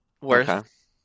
worth